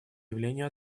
явления